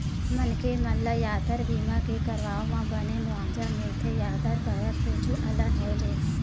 मनखे मन ल यातर बीमा के करवाब म बने मुवाजा मिलथे यातर करत कुछु अलहन होय ले